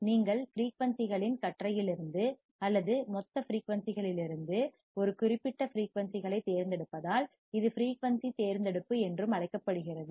நீங்கள் ஃபிரீயூன்சிகளின் கற்றையிலிருந்து அல்லது மொத்த ஃபிரீயூன்சிகளிலிருந்து ஒரு குறிப்பிட்ட ஃபிரீயூன்சிகளைத் தேர்ந்தெடுப்பதால் இது ஃபிரீயூன்சி தேர்ந்தெடுப்பு என்றும் அழைக்கப்படுகிறது